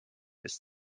ist